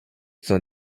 son